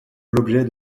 l’objet